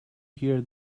hear